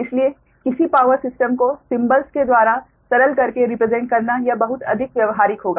इसलिए किसी power system को सिंबल्स के द्वारा सरल करके रिप्रेसेंट करना यह बहुत अधिक व्यावहारिक होगा